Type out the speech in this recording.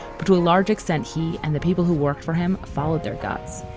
but to a large extent, he and the people who worked for him followed their guts.